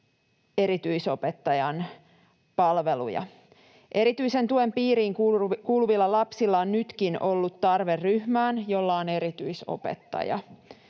erityisopettajan palveluja. Erityisen tuen piiriin kuuluvilla lapsilla on nytkin ollut tarve ryhmään, jolla on erityisopettaja.